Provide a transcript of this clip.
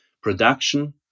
production